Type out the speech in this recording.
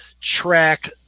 track